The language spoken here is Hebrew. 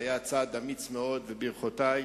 זה היה צעד אמיץ מאוד, וברכותי.